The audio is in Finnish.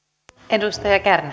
arvoisa